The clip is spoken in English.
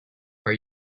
are